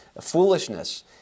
foolishness